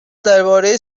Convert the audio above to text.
درباره